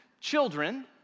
children